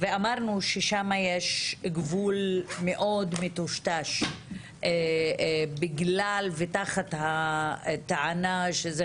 אמרנו ששם יש גבול מאוד מטושטש תחת הטענה שזה